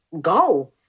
go